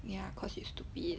ya cause you stupid